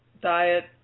diet